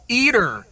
eater